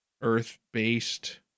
Earth-based